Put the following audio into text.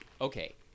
Okay